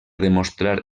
demostrar